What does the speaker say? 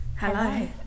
Hello